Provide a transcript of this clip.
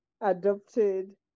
adopted